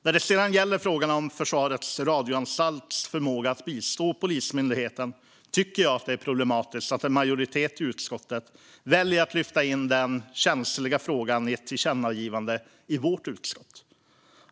När det sedan gäller frågan om Försvarets radioanstalts förmåga att bistå Polismyndigheten tycker jag att det är problematiskt att en majoritet i utskottet väljer att lyfta in denna känsliga fråga i ett förslag till tillkännagivande i vårt utskott.